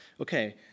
okay